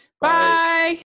bye